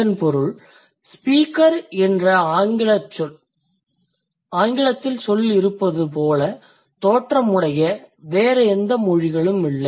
இதன் பொருள் speaker என்ற சொல் ஆங்கிலத்தில் இருப்பது போல தோற்றமுடைய வேறெந்த மொழிகளும் இல்லை